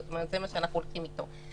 זה מה שאנחנו הולכים איתו.